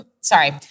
Sorry